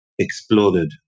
exploded